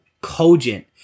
cogent